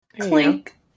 Clink